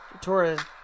Torres